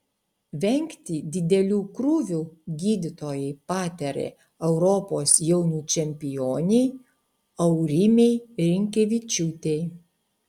vengti didelių krūvių gydytojai patarė europos jaunių čempionei aurimei rinkevičiūtei